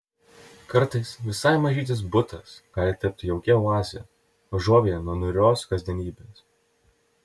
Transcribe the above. kartais visai mažytis butas gali tapti jaukia oaze užuovėja nuo niūrios kasdienybės